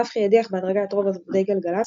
נפחי הדיח בהדרגה את רוב עובדי גלגלצ,